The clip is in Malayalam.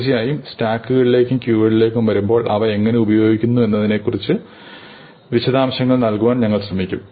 തീർച്ചയായും സ്റ്റാക്കുകളിലേക്കും ക്യൂകളിലേക്കും വരുമ്പോൾ അവ എങ്ങനെ ഉപയോഗിക്കുന്നു എന്നതിനെക്കുറിച്ച് കുറച്ച് വിശദാംശങ്ങൾ നൽകാൻ ഞങ്ങൾ ശ്രമിക്കും